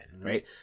right